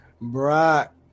Brock